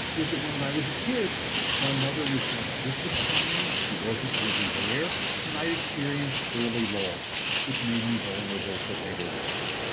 is that when when i was a kid my mother was kind of distant from me and she wasn't really there and i'd experienced early loss, which made me vulnerable to later loss.